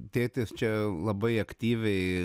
tėtis čia labai aktyviai